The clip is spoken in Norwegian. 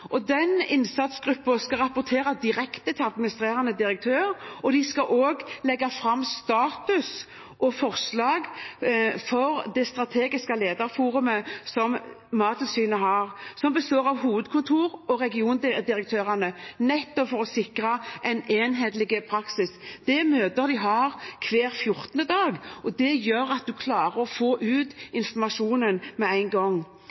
skal rapportere direkte til administrerende direktør, og de skal også legge fram status og forslag for det strategiske lederforumet som Mattilsynet har, som består av hovedkontoret og regiondirektørene, nettopp for å sikre en enhetlig praksis. De har møter hver 14. dag, og det gjør at de klarer å få ut informasjonen med en gang.